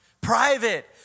private